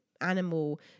animal